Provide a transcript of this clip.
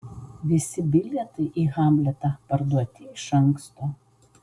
visi bilietai į hamletą parduoti iš anksto